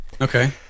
Okay